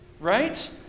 Right